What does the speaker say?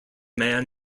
man